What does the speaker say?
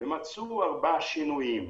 ומצאו ארבעה שינויים.